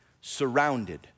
surrounded